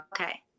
okay